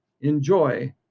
enjoy